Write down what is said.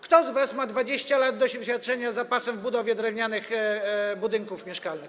Kto z was ma 20 lat doświadczenia za pasem w budowie drewnianych budynków mieszkalnych?